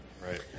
Right